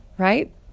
right